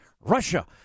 Russia